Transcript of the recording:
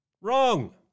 Wrong